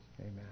Amen